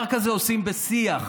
עושים אותו בשיח,